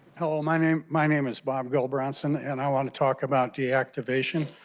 hello, my name my name is rob gudbranson and i want to talk about deactivation.